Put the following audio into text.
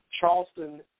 Charleston